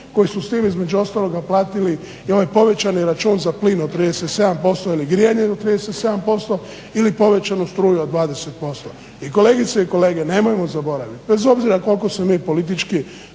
koji su svi između ostaloga i ovaj povećani račun za plin od 37% ili grijanje od 37% ili povećanu struju od 20%. I kolegice i kolege nemojmo mi zaboraviti bez obzira koliko se mi politički